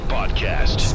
Podcast